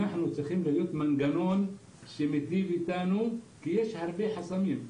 צריך להיות מנגנון שמיטיב איתנו כי יש הרבה חסמים.